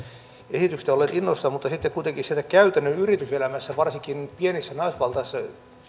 esityksestä olleet innoissaan mutta sitten kuitenkin siellä käytännön yrityselämässä varsinkin pienissä naisvaltaisissa